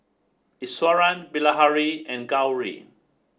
Iswaran Bilahari and Gauri